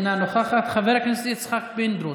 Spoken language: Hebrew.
אינה נוכחת, חבר הכנסת יצחק פינדרוס,